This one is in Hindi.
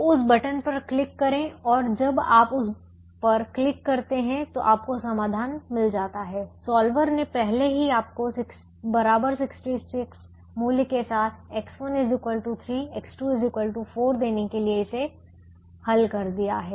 तो उस बटन पर क्लिक करें और जब आप उस पर क्लिक करते हैं तो आपको समाधान मिल जाता है सॉल्वर ने पहले ही आपको 66 मूल्य के साथ X1 3 X2 4 देने के लिए इसे हल कर दिया है